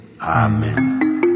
Amen